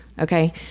Okay